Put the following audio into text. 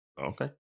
Okay